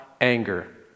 anger